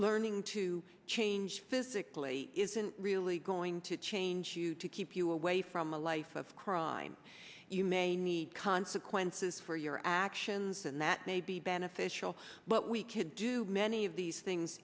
learning to change physically isn't really going to change you to keep you away from a life of crime you may need conflict winces for your actions and that may be beneficial but we can't do many of these things